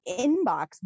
inbox